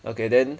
okay then